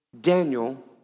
Daniel